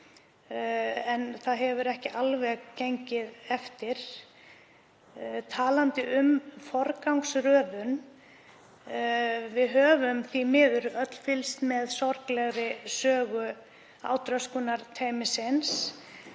en hún hefur ekki alveg gengið eftir. Talandi um forgangsröðun, við höfum því miður öll fylgst með sorglegri sögu átröskunarteymisins